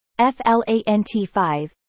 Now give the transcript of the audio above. FLANT5